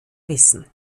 wissen